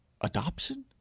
Adoption